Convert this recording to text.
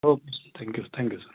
okay sir thank you thank you sir